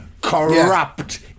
corrupt